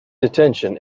detention